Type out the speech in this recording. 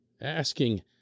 asking